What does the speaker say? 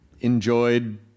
enjoyed